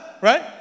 Right